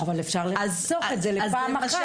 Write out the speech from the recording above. אבל אפשר לאסוף את זה לפעם אחת שאנחנו מכינים.